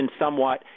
somewhat